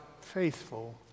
faithful